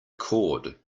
cord